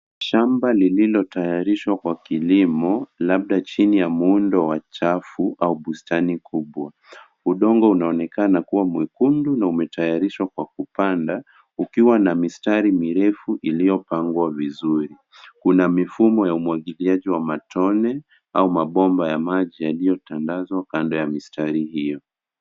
Shamba lililotayarishwa kwa kilimo labda chini ya muundo wa chafu au bustani kubwa. Udongo unaonekana kuwa mwekundu na umetayarishwa kwa kupanda ukiwa na mistari mirefu iliyo pangwa vizuri. Kuna mifumo ya umwagiliaji wa matone au mabomba ya maji yaliyotandazwa kando ya mistari hiyo.